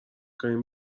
کنیم